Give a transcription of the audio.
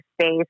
space